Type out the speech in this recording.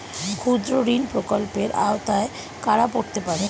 ক্ষুদ্রঋণ প্রকল্পের আওতায় কারা পড়তে পারে?